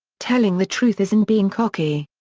telling the truth isn't being cocky.